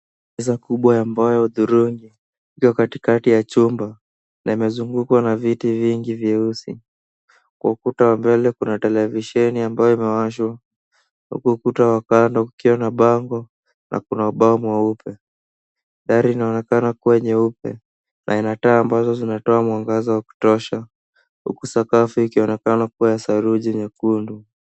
Meza kubwa ya mbao ya hudhurungi iko katikati ya chmba na imezungukwa na viti vingi vyeusi, kwa ukuta wa mbele kuna televisheni ambayo imewashwa, kwa ukuta wa kando kukiwa na bango na kuna ubao mweupe, dari inaonekana kuwa nyeupe na ina taa ambazo zinatoa mwangaza wa kutosha, huku sakafu ikionekana kuwa saruji nyekundu.